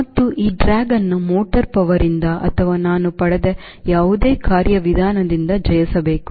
ಮತ್ತು ಈ ಡ್ರ್ಯಾಗ್ ಅನ್ನು motor power ಯಿಂದ ಅಥವಾ ನಾನು ಪಡೆದ ಯಾವುದೇ ಕಾರ್ಯವಿಧಾನದಿಂದ ಜಯಿಸಬೇಕು